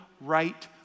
right